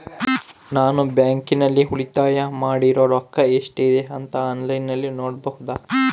ನಾನು ಬ್ಯಾಂಕಿನಲ್ಲಿ ಉಳಿತಾಯ ಮಾಡಿರೋ ರೊಕ್ಕ ಎಷ್ಟಿದೆ ಅಂತಾ ಆನ್ಲೈನಿನಲ್ಲಿ ನೋಡಬಹುದಾ?